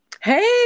hey